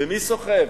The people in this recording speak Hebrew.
ומי סוחב?